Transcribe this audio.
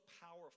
powerful